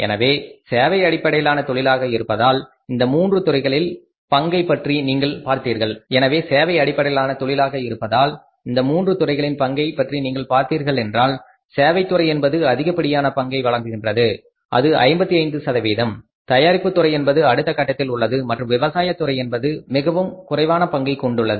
எனவே சேவை அடிப்படையிலான தொழிலாக இருப்பதால் இந்த மூன்று துறைகளின் பங்கைப் பற்றி நீங்கள் பார்த்தீர்கள் என்றால் சேவைத்துறை என்பது அதிகப்படியான பங்கை வழங்குகின்றது அது 55 தயாரிப்பு துறை என்பது அடுத்த கட்டத்தில் உள்ளது மற்றும் விவசாயத்துறை என்பதன் பங்கு மிகவும் குறைந்துள்ளது